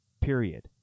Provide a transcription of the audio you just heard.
period